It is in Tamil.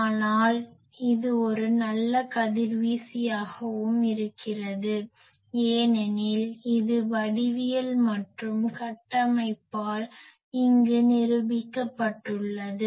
ஆனால் இது ஒரு நல்ல கதிர்வீசியாகவும் இருக்கிறது ஏனெனில் இது வடிவியல் மற்றும் கட்டமைப்பால் இங்கே நிரூபிக்கப்பட்டுள்ளது